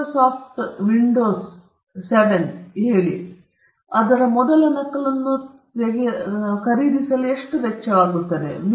ಮೈಕ್ರೋಸಾಫ್ಟ್ನ ಮೊದಲ ನಕಲನ್ನು ಬರಲು ಎಷ್ಟು ವೆಚ್ಚವಾಗುತ್ತದೆ ವಿಂಡೋಸ್ 7 ಹೇಳಿ